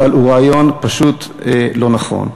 אבל הוא רעיון פשוט לא נכון.